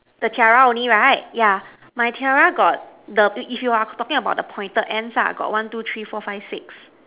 the tiara only right yeah my tiara got the if if you are talking about the pointed ends ah got one two three four five six